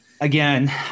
Again